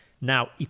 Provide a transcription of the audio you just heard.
now